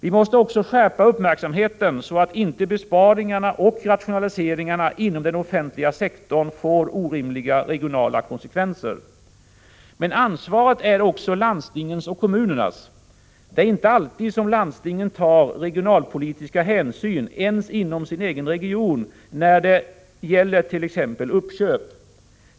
Vi måste också skärpa uppmärksamheten, så att inte besparingarna och rationaliseringarna inom den offentliga sektorn får orimliga regionala konsekvenser. Men ansvaret är också landstingens och kommunernas. Det är inte alltid som landstingen tar regionalpolitiska hänsyn ens inom sin egen region, när det gäller t.ex. uppköp.